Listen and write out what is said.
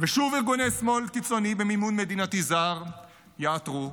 ושוב ארגוני שמאל קיצוני במימון מדינתי זר יעתרו,